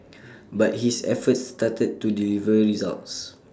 but his efforts started to deliver results